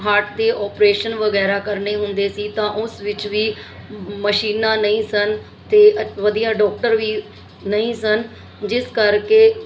heart ਦੇ operation ਵਗੈਰਾ ਕਰਨੇ ਹੁੰਦੇ ਸੀ ਤਾਂ ਉਸ ਵਿੱਚ ਵੀ ਮਸ਼ੀਨਾਂ ਨਹੀਂ ਸਨ ਅਤੇ ਵਧੀਆ ਡਾਕਟਰ ਵੀ ਨਹੀਂ ਸਨ ਜਿਸ ਕਰਕੇ